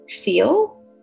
feel